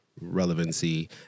relevancy